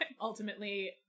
Ultimately